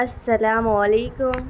السلام علیکم